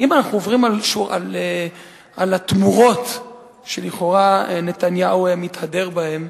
אם אנחנו עוברים על התמורות שלכאורה נתניהו מתהדר בהן,